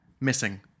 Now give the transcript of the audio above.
Missing